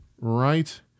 Right